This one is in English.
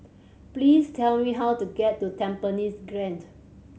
please tell me how to get to Tampines Grande